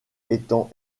étant